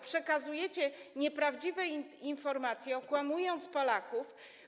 Przekazujecie nieprawdziwe informacje, okłamując Polaków.